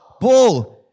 ball